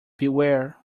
beware